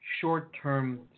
short-term